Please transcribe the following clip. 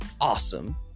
awesome